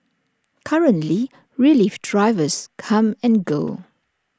currently relief drivers come and go